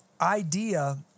idea